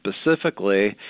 specifically